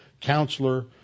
Counselor